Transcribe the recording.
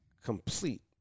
Complete